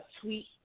tweet